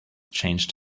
changed